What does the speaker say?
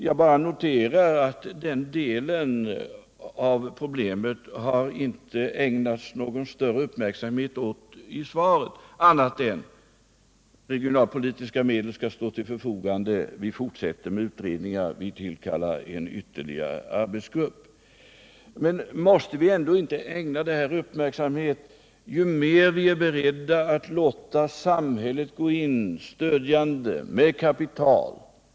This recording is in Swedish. Jag bara noterar att den delen av problemet inte har ägnats någon större uppmärksamhet i svaret, annat än att ”regionalpolitiska medel skall stå till förfogande”, att man ”fortsätter med utredningar”, att man ”tillkallar ytterligare en arbetsgrupp.” Men måste vi ändå inte ägna detta mer uppmärksamhet ju mer vi är beredda att låta samhället gå in stödjande med kapital?